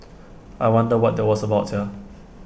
I wonder what that was about Sia